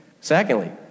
Secondly